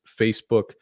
Facebook